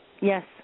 Yes